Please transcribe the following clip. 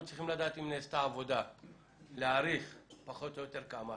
אנחנו צריכים לדעת אם נעשתה עבודה להעריך פחות או יותר כמה.